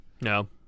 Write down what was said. no